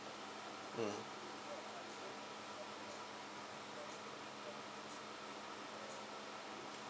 mm